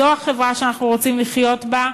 זאת החברה שאנחנו רוצים לחיות בה,